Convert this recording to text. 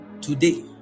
Today